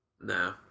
No